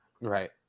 Right